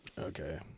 Okay